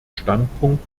standpunkt